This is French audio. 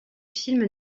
film